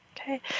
Okay